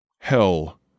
Hell